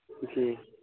جی